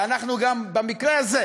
ואנחנו גם במקרה הזה